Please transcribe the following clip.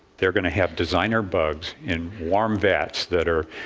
they're going to have designer bugs in warm vats that are